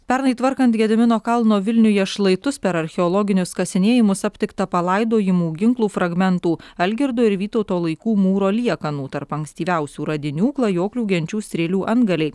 pernai tvarkant gedimino kalno vilniuje šlaitus per archeologinius kasinėjimus aptikta palaidojimų ginklų fragmentų algirdo ir vytauto laikų mūro liekanų tarp ankstyviausių radinių klajoklių genčių strėlių antgaliai